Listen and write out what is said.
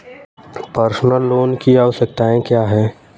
Personal loan की आवश्यकताएं क्या हैं?